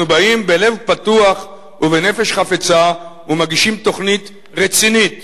אנחנו באים בלב פתוח ובנפש חפצה ומגישים תוכנית רצינית,